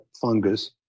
fungus